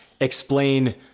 explain